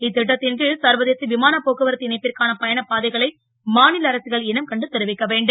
இத் ட்டத் ன் கி சர்வதேச விமானப் போக்குவரத்து இணைப்பிற்கான பயணப் பாதைகளை மா ல அரசுகள் இனம் கண்டு தெரிவிக்க வேண்டும்